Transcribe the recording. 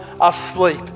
asleep